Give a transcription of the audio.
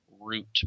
root